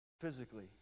physically